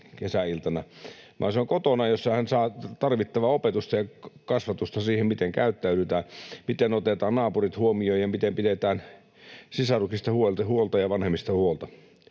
kesäiltana, vaan se on kotona, jossa hän saa tarvittavaa opetusta ja kasvatusta siihen, miten käyttäydytään, miten otetaan naapurit huomioon ja miten pidetään sisaruksista ja vanhemmista huolta.